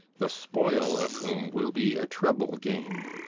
the spoil of whom will be a treble gain.